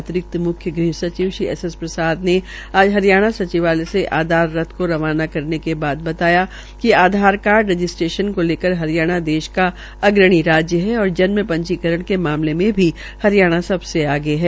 अतिरिक्त मुख्य गृहसचिव श्री एस एस प्रसाद ने आज हरियाणा सचिवालय से आधार रथ को रवाना करते के बाद बताया कि आधार कार्ड रजिस्ट्रेशन को लेकर हरियाणा देश का अग्रणी राज्य है और जन्म ंजीकरण के मामले मे भी हरियाणा सबसे आगे है